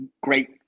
great